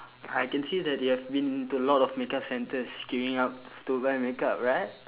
I can see that you have been to a lot of makeup centres queueing up to go and makeup right